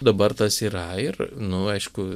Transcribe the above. dabar tas yra ir nu aišku